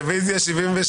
הרביזיה נדחתה.